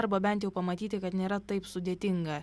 arba bent jau pamatyti kad nėra taip sudėtinga